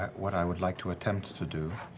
what i would like to attempt to do